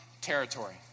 territory